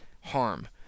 Harm